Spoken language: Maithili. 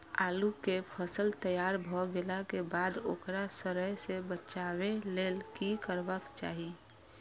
आलू केय फसल तैयार भ गेला के बाद ओकरा सड़य सं बचावय लेल की करबाक चाहि?